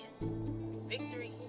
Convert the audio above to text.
victory